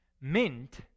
mint